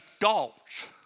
adults